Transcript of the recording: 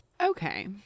Okay